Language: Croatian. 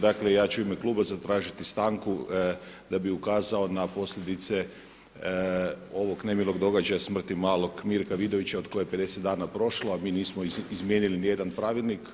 Dakle ja ću u ime kluba zatražiti stanku da bih ukazao na posljedice ovog nemilog događaja smrti malog Mirka Vidovića od koje je 50 dana prošlo a mi nismo izmijenili niti jedan pravilnik.